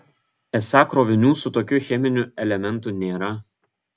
esą krovinių su tokiu cheminiu elementu nėra